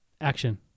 action